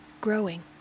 growing